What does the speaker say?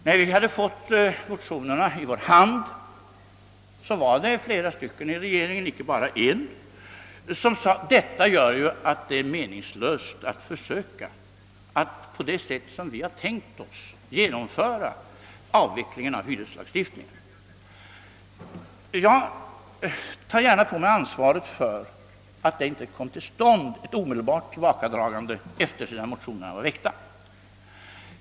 När vi hade fått motionerna i vår hand var det flera i regeringen — icke bara en — som sade: Detta gör det ju meningslöst att försöka att på det sätt som vi har tänkt oss genomföra avvecklingen av hyreslagstiftningen. Men jag tar gärna på mig ansvaret för att ett omedelbart tillbakadragande inte kom till stånd sedan motionerna hade väckts.